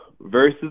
versus